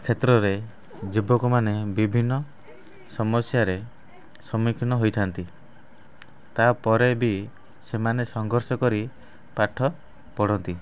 କ୍ଷେତ୍ରରେ ଯୁବକମାନେ ବିଭିନ୍ନ ସମସ୍ୟାରେ ସମ୍ମୁଖୀନ ହୋଇଥାନ୍ତି ତା'ପରେ ବି ସେମାନେ ସଂଘର୍ଷ କରି ପାଠ ପଢ଼ନ୍ତି